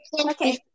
Okay